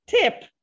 tip